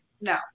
no